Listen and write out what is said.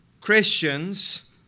Christians